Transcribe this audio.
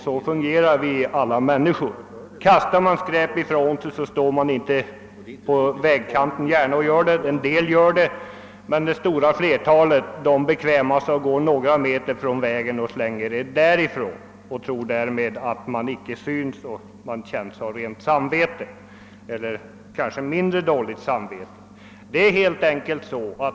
Så fungerar väl alla människor. Man kastar inte gärna skräp från vägkanten, utan det stora flertalet gör sig mödan att gå några meter från vägen och slänger skräpet därifrån. Därmed tror man att det inte syns och man får en känsla av åtminstone mindre dåligt samvete.